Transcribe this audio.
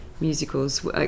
musicals